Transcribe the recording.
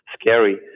scary